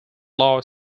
law